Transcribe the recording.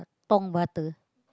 tong butter